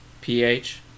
P-H